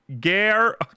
Gear